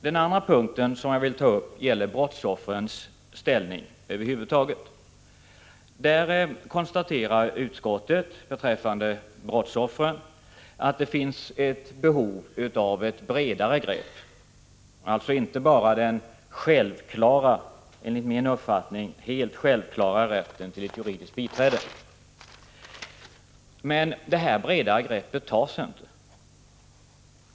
Den andra punkten gäller brottsoffrens ställning över huvud taget. Beträffande brottsoffren konstaterar utskottet att det finns ett behov av ett bredare grepp, alltså inte bara den självklara — enligt min uppfattning helt självklara — rätten till ett juridiskt biträde. Men något bredare grepp tas inte.